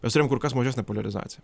mes turim kur kas mažesnę poliarizaciją